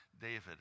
David